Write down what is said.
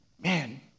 man